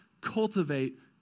cultivate